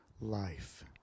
life